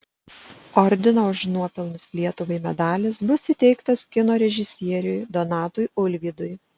ordino už nuopelnus lietuvai medalis bus įteiktas kino režisieriui donatui ulvydui